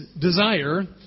desire